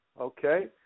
okay